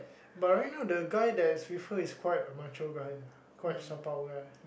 but right now the guy that's with her is quite a macho guy quite sapau guy yeah